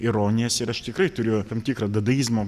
ironijas ir aš tikrai turiu tam tikrą dadaizmo